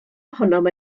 ohonom